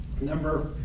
Number